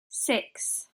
six